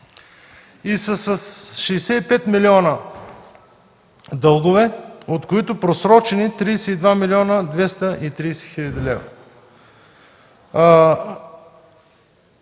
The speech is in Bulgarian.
са с 65 милиона дългове, от които просрочени – 32 млн. 230 хил. лв.